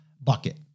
bucket